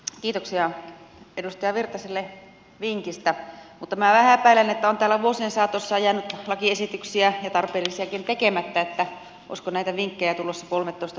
kiitoksia edustaja virtaselle vinkistä mutta minä vähän epäilen että on täällä vuosien saatossa jäänyt lakiesityksiä tarpeellisiakin tekemättä niin että olisiko näitä vinkkejä tulossa kolmetoista tusinassa